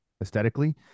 aesthetically